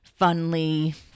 funly